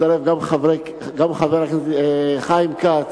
שהצטרף גם חבר הכנסת חיים כץ,